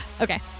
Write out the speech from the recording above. Okay